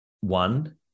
one